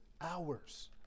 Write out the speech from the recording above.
hours